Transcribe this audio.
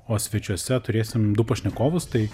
o svečiuose turėsim du pašnekovus tai